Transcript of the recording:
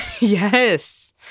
Yes